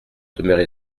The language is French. demeuré